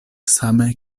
same